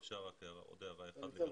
כן, בבקשה.